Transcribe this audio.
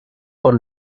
por